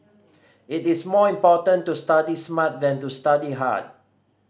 it is more important to study smart than to study hard